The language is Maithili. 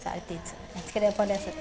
स्वार्थी छै बचके रएह सकै